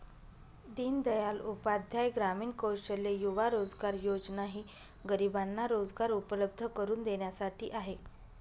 दीनदयाल उपाध्याय ग्रामीण कौशल्य युवा रोजगार योजना ही गरिबांना रोजगार उपलब्ध करून देण्यासाठी आहे